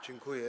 Dziękuję.